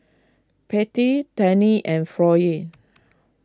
Pate Tandy and Floyd